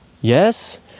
yes